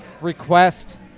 request